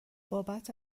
بابت